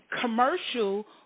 commercial